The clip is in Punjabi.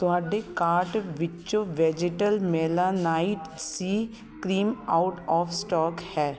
ਤੁਹਾਡੇ ਕਾਰਟ ਵਿੱਚੋਂ vegetal melanite C cream out of stock ਹੈ